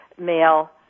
male